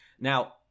Now